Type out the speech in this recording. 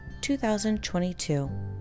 2022